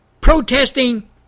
protesting